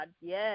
Yes